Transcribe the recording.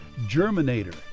Germinator